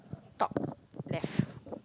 top left